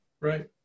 Right